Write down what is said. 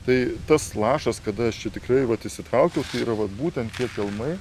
tai tas lašas kada aš tikrai vat išsitraukiau tai yra vat būtent tie filmai